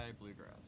Bluegrass